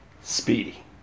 speedy